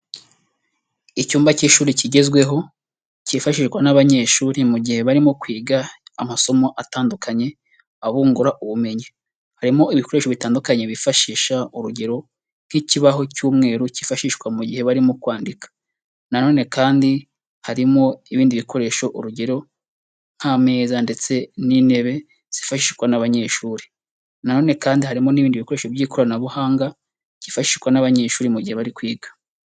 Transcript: Icyumba cy'ishuri kigezweho cyifashishwa n'abanyeshuri mu gihe barimo kwiga amasomo atandukanye abungura ubumenyi. Harimo ibikoresho bitandukanye bifashisha urugero nk'ikibaho cy'umweru cyifashishwa mu gihe barimo kwandika. Na none kandi harimo ibindi bikoresho urugero nk'ameza ndetse n'intebe zifashishwa n'abanyeshuri. Na none kandi harimo n'ibindi bikoresho by'ikoranabuhanga byifashishwa n'abanyeshuri mu gihe bari kwiga.